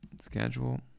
Schedule